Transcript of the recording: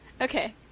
Okay